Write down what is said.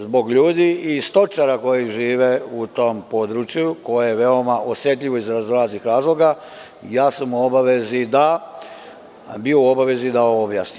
Zbog ljudi i stočara koji žive u tom području koje je veoma osetljivo iz raznih razloga, ja sam u obavezi, bio u obavezi da ovo objasnim.